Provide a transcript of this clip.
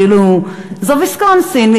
זה ויסקונסין.